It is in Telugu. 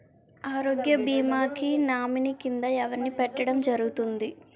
ఆరోగ్య భీమా కి నామినీ కిందా ఎవరిని పెట్టడం జరుగతుంది?